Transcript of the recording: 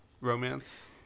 romance